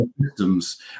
systems